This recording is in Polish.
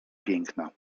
piękna